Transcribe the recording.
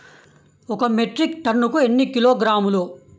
ఒక మెట్రిక్ టన్నుకు ఎన్ని కిలోగ్రాములు?